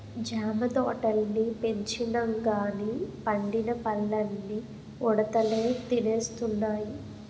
జామ తోటల్ని పెంచినంగానీ పండిన పల్లన్నీ ఉడతలే తినేస్తున్నాయి